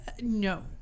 no